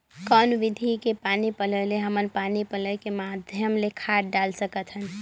कौन विधि के पानी पलोय ले हमन पानी पलोय के माध्यम ले खाद डाल सकत हन?